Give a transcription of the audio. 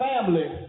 family